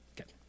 Okay